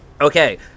Okay